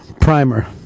Primer